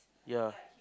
ya